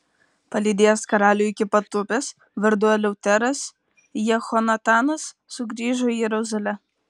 palydėjęs karalių iki pat upės vardu eleuteras jehonatanas sugrįžo į jeruzalę